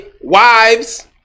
wives